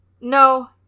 No